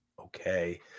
Okay